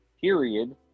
period